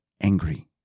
angry